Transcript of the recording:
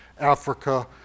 Africa